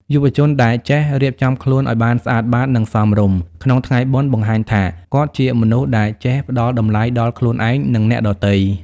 យុវជនដែលចេះ "រៀបចំខ្លួនឱ្យបានស្អាតបាត និងសមរម្យ" ក្នុងថ្ងៃបុណ្យ បង្ហាញថាគាត់ជាមនុស្សដែលចេះផ្ដល់តម្លៃដល់ខ្លួនឯង និងអ្នកដទៃ។